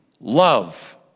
love